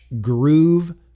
groove